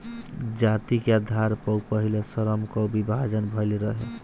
जाति के आधार पअ पहिले श्रम कअ विभाजन भइल रहे